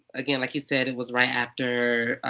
again, like you said, it was right after.